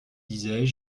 disais